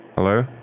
Hello